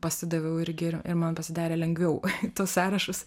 pasidaviau irgi ir ir man pasidarė lengviau tuos sąrašus